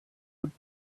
would